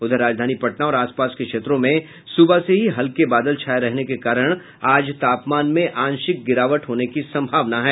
उधर राजधानी पटना और आसपास के क्षेत्रों में सुबह से ही हल्के बादल छाये रहने के कारण आज तापमान में आंशिक गिरावट होने की सम्भावना है